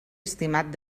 estimat